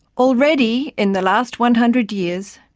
already, in the last one hundred years,